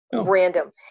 random